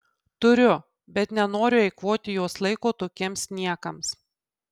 turiu bet nenoriu eikvoti jos laiko tokiems niekams